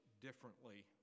differently